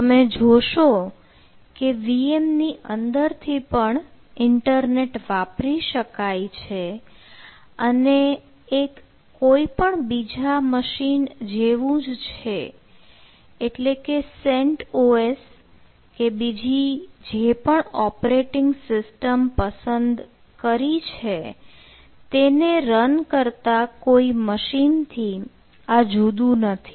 તમે જોશો કે VM ની અંદરથી પણ ઈન્ટરનેટ વાપરી શકાય છે અને એ કોઈ પણ બીજા મશીન જેવું જ છે એટલે કે CentOS કે બીજી જે પણ ઓપરેટિંગ સિસ્ટમ તમે પસંદ કરી છે તેને રન કરતાં કોઈ મશીન થી આ જુદું નથી